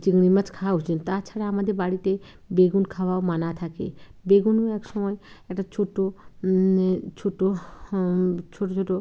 চিংড়ি মাছ খাওয়া উচিত তাছাড়া আমাদের বাড়িতে বেগুন খাওয়াও মানা থাকে বেগুনও এক সময় একটা ছোটো এ ছোটো ছোটো ছোটো